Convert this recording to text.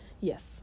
yes